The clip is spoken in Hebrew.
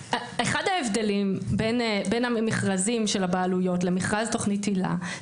אחד ההבדלים בין המכרזים של בעלויות למכרז תוכנית היל"ה,